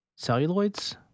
celluloids